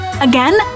Again